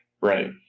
right